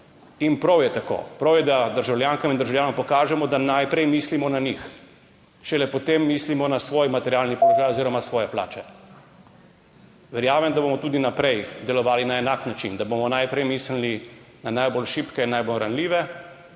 In prav je tako. Prav je, da državljankam in državljanom pokažemo, da najprej mislimo na njih, šele potem mislimo na svoj materialni položaj oziroma svoje plače. Verjamem, da bomo tudi naprej delovali na enak način, da bomo najprej mislili na najbolj šibke, najbolj ranljive,